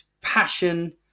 passion